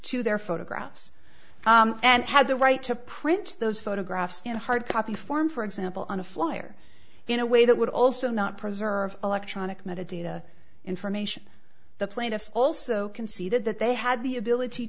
to their photographs and had the right to print those photographs and hard copy form for example on a flyer in a way that would also not preserve electronic metadata information the plaintiffs also conceded that they had the ability